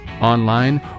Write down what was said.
online